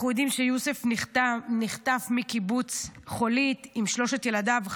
אנחנו יודעים שיוסף נחטף מקיבוץ חולית עם שלושת ילדיו,